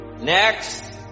Next